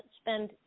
spend